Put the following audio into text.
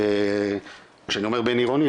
וכשאני אומר בינעירונית,